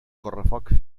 correfoc